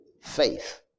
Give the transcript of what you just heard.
faith